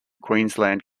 queensland